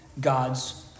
God's